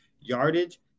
yardage